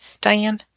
Diane